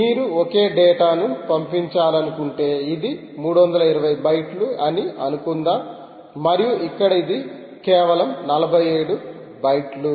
మీరు ఒకే డేటా ను పంపించాలనుకుంటే ఇది 320 బైట్లు అని అనుకుందాం మరియు ఇక్కడ ఇది కేవలం 47 బైట్లు